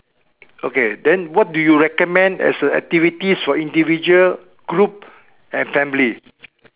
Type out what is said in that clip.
okay then what do you recommend as a activities for individual group and family